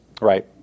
Right